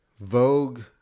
Vogue